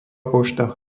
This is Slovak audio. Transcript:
pošta